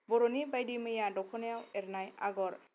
बर'नि बायदि मैया दख'नायाव एरनाय आगर